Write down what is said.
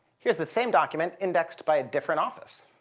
here's the same document indexed by a different office.